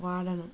వాడను